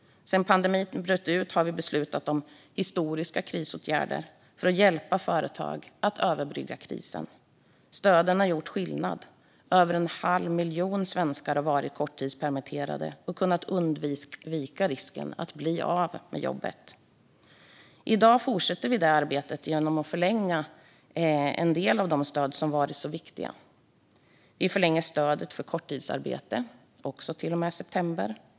Sedan pandemin bröt ut har vi beslutat om historiska krisåtgärder för att hjälpa företag att överbrygga krisen. Stöden har gjort skillnad. Över en halv miljon svenskar har varit korttidspermitterade och kunnat undvika risken att bli av med jobbet. I dag fortsätter vi det arbetet genom att förlänga en del av de stöd som har varit så viktiga. Vi förlänger stödet för korttidsarbete, också till och med september.